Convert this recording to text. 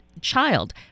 child